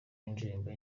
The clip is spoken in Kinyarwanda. yindirimbo